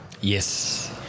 Yes